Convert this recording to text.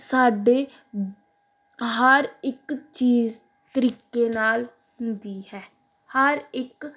ਸਾਡੇ ਹਰ ਇੱਕ ਚੀਜ਼ ਤਰੀਕੇ ਨਾਲ ਹੁੰਦੀ ਹੈ ਹਰ ਇੱਕ